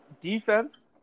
defense